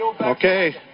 Okay